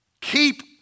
Keep